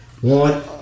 one